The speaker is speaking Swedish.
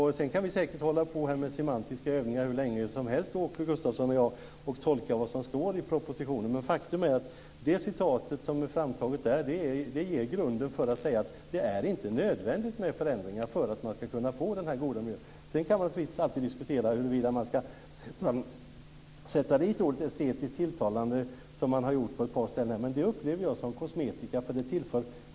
Åke Gustavsson och jag kan säkerligen bedriva semantiska övningar hur länge som helst när det gäller att tolka vad som står i propositionen, men faktum är att citatet därifrån ger grund för att säga att det inte är nödvändigt med förändringar för att man skall kunna få den goda miljön. Man kan naturligtvis alltid diskutera huruvida man skall sätta in orden "estetiskt tilltalande", som man har gjort här på ett par ställen, men jag upplever det som kosmetika.